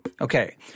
Okay